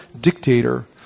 dictator